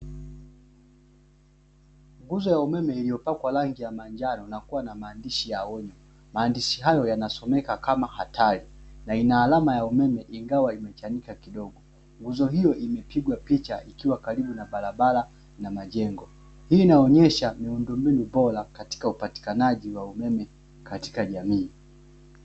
Nguzo ya umeme iliyopakwa rangi ya manjano na kuwa na maandishi ya onyo, maandishi hayo yanasomeka kama hatari na ina alamu ya umeme ingawa imechanika kidogo. Nguzo hiyo imepigwa picha ikiwa karibu na barabara na majengo, hii inaonyesha miundombinu bora katika upatikanaji wa umeme katika jamii.